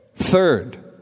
Third